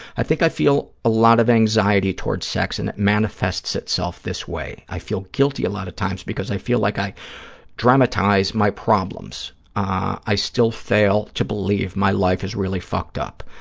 i think i feel a lot of anxiety towards sex and it manifests itself this way. i feel guilty a lot of times because i feel like i dramatize my problems. i i still fail to believe my life is really fucked up.